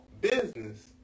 business